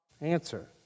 Answer